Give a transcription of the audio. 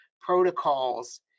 protocols